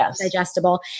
digestible